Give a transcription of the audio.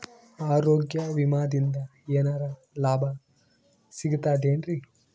ಆರೋಗ್ಯ ವಿಮಾದಿಂದ ಏನರ್ ಲಾಭ ಸಿಗತದೇನ್ರಿ?